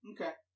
Okay